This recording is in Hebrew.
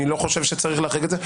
אני לא חושב שצריך להחריג את זה.